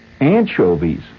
Anchovies